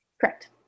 correct